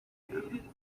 down